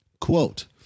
Quote